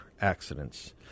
accidents